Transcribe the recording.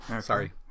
Sorry